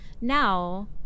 now